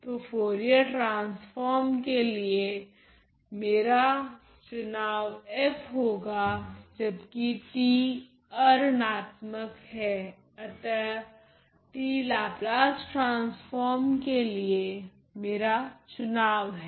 तो Fourier transform के लिए मेरा चुनाव f होगा जबकि t अऋणात्मक है अतः t लाप्लास ट्रांसफोर्म के लिए मेरा चुनाव हैं